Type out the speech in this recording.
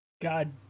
God